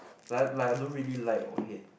like like I don't really like or hate